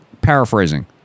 paraphrasing